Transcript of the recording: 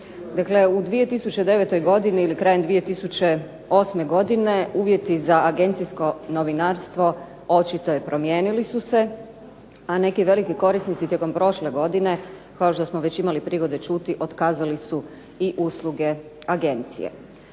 Dakle u 2009. godini ili krajem 2008. godine uvjeti za agencijsko novinarstvo očito je promijenili su se, a neki veliki korisnici tijekom prošle godine kao što smo već imali prigode čuti otkazali su i usluge agencije.